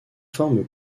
forme